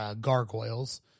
gargoyles